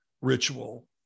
ritual